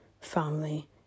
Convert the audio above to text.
family